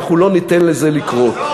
ואנחנו לא ניתן לזה לקרות,